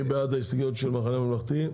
מי בעד ההסתייגויות של המחנה הממלכתי?